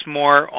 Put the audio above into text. more